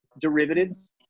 derivatives